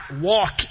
walk